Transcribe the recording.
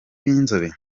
b’inzobe